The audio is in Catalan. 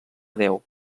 déu